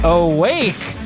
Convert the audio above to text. awake